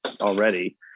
already